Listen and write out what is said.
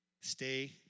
Stay